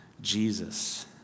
Jesus